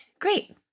great